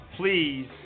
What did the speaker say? Please